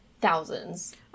thousands